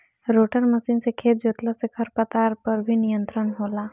rotor machine से खेत जोतला से खर पतवार पर भी नियंत्रण होला